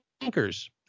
bankers